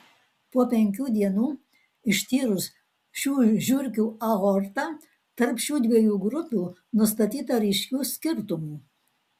po penkių dienų ištyrus šių žiurkių aortą tarp šių dviejų grupių nustatyta ryškių skirtumų